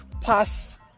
pass